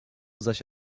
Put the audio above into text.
zaś